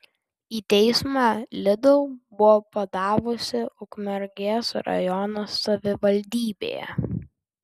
į teismą lidl buvo padavusi ukmergės rajono savivaldybė